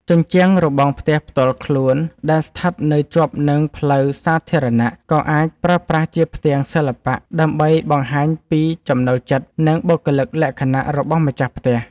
ជញ្ជាំងរបងផ្ទះផ្ទាល់ខ្លួនដែលស្ថិតនៅជាប់នឹងផ្លូវសាធារណៈ ក៏អាចប្រើប្រាស់ជាផ្ទាំងសិល្បៈដើម្បីបង្ហាញពីចំណូលចិត្ត និងបុគ្គលិកលក្ខណៈរបស់ម្ចាស់ផ្ទះ។